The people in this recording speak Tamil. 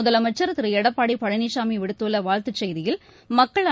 முதலமைச்சர் திருஎடப்பாடிபழனிசாமிவிடுத்துள்ளவாழ்த்துசெய்தியில்